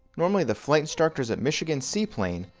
normally the flight instructors at michigan seaplane,